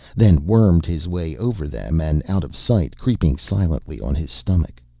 then wormed his way over them and out of sight, creeping silently on his stomach.